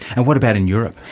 and what about in europe?